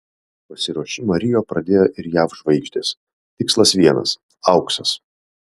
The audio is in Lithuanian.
pasiruošimą rio pradėjo ir jav žvaigždės tikslas vienas auksas